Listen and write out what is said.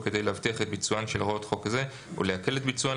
כדי להבטיח את ביצוען של הוראות חוק זה או להקל את ביצוען,